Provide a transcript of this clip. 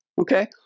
Okay